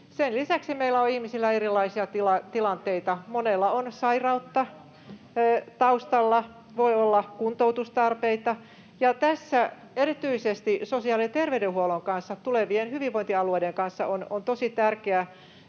Sen lisäksi meillä on ihmisillä erilaisia tilanteita. Monella on sairautta taustalla ja voi olla kuntoutustarpeita, ja tässä erityisesti sosiaali- ja terveydenhuollon kanssa, tulevien hyvinvointialueiden kanssa, on tosi tärkeää